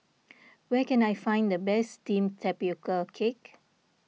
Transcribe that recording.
where can I find the best Steamed Tapioca Cake